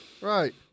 Right